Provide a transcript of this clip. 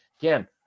again